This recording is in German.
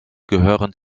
gehören